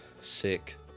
sick